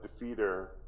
Defeater